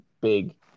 big